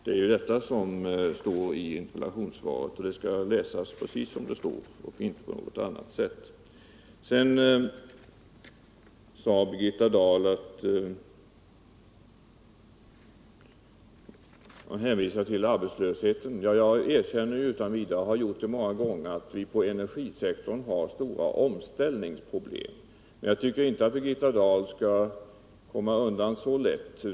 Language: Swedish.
Det är vad som står i interpellationssvaret, och det skall läsas precis som det står och inte på något annat sätt. Sedan hänvisade Birgitta Dahl till arbetslösheten. Jag erkänner utan vidare, och har tidigare gjort det många gånger, att vi på energisektorn har stora omställningsproblem, men jag tycker inte att Birgitta Dahl skall komma undan så lätt.